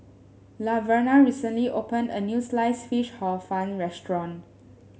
Laverna recently opened a new Sliced Fish Hor Fun restaurant